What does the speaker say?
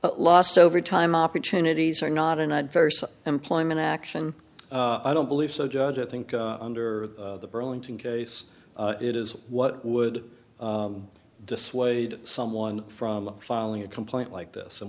t lost over time opportunities are not an adverse employment action i don't believe so judge i think under the burlington case it is what would dissuade someone from filing a complaint like this and